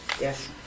Yes